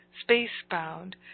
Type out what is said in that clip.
space-bound